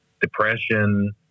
depression